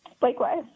Likewise